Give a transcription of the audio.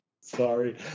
Sorry